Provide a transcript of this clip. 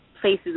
places